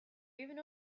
even